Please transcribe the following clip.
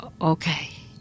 okay